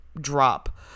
drop